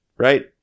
Right